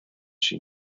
she